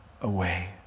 away